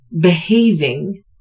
behaving